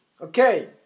Okay